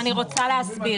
לא.